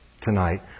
tonight